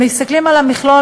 אם מסתכלים על המכלול,